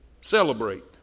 Celebrate